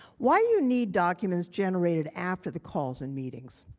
why you need documents generated after the calls in meetings?